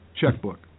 checkbook